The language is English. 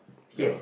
here